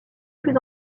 plus